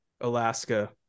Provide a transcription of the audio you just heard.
Alaska